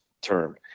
term